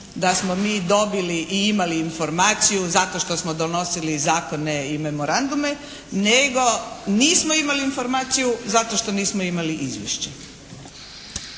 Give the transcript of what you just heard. da smo mi dobili i imali informaciju zato što smo donosili zakone i memorandume, nego nismo imali informaciju zato što nismo imali izvješće.